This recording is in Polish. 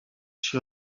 się